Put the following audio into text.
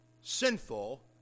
sinful